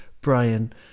Brian